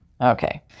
Okay